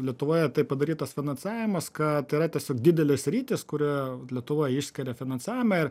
lietuvoje taip padarytas finansavimas kad yra tiesiog didelės sritys kuria lietuva išskiria finansavimą